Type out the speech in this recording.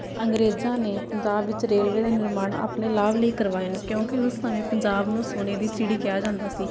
ਅੰਗਰੇਜ਼ਾਂ ਨੇ ਪੰਜਾਬ ਵਿੱਚ ਰੇਲਵੇ ਦਾ ਨਿਰਮਾਣ ਆਪਣੇ ਲਾਭ ਲਈ ਕਰਵਾਇਆ ਕਿਉਂਕਿ ਉਸ ਸਮੇਂ ਪੰਜਾਬ ਨੂੰ ਸੋਨੇ ਦੀ ਚਿੜੀ ਕਿਹਾ ਜਾਂਦਾ ਸੀ